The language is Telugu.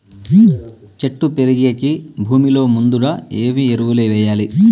చెట్టు పెరిగేకి భూమిలో ముందుగా ఏమి ఎరువులు వేయాలి?